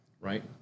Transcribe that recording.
right